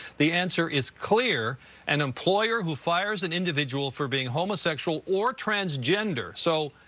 the answer is clear an employer who fires an individual for being homosexual or transgender. so,